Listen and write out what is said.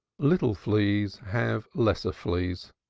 little fleas have lesser fleas,